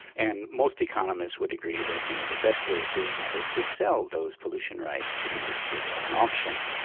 and most economists would agree that you know the best way of doing that is to sell those pollution rights to industry, to have an auction,